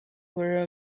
were